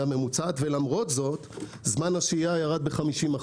ממוצעת ולמרות זאת זמן השהייה ירד ב-50%.